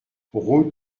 route